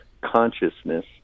consciousness